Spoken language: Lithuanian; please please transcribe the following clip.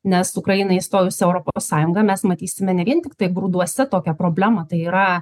nes ukrainai įstojus į europos sąjungą mes matysime ne vien tiktai grūduose tokią problemą tai yra